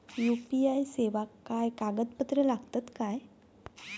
UPI सेवाक काय कागदपत्र लागतत काय?